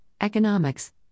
economics